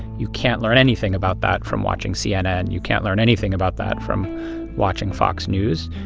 you can't learn anything about that from watching cnn. you can't learn anything about that from watching fox news.